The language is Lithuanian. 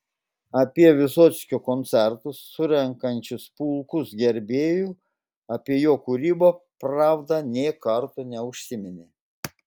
apie vysockio koncertus surenkančius pulkus gerbėjų apie jo kūrybą pravda nė karto neužsiminė